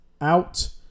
out